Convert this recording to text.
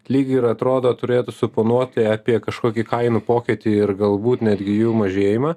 lyg ir atrodo turėtų suponuoti apie kažkokį kainų pokytį ir galbūt netgi jų mažėjimą